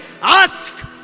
Ask